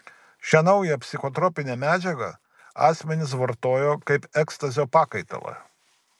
šią naują psichotropinę medžiagą asmenys vartoja kaip ekstazio pakaitalą